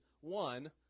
one